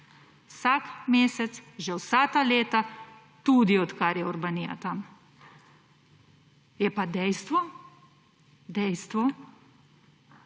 Vsak mesec že vsa ta leta tudi od kar je Urbanija tam. Je pa dejstvo, dejstvo,